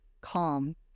calm